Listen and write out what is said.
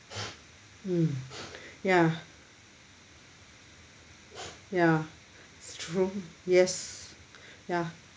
mm ya ya strong yes ya